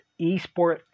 esport